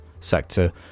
sector